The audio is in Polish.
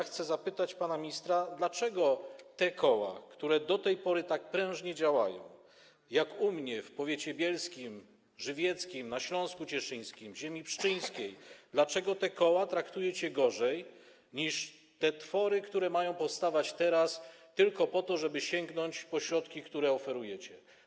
Chcę zapytać pana ministra, dlaczego te koła, które do tej pory tak prężnie działają, jak te u mnie, w powiecie bielskim, żywieckim, na Śląsku Cieszyńskim, ziemi pszczyńskiej, dlaczego te koła traktujecie gorzej niż twory, które mają powstawać teraz tylko po to, żeby sięgnąć po środki, które oferujecie.